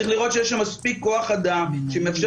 צריך לראות שיש שם מספיק כוח אדם שמאפשר